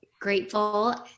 grateful